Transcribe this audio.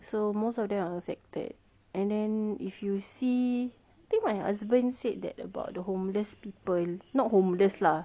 so most of them are affected and then if you see think my husband said that about the homeless people not homeless lah